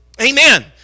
Amen